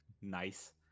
nice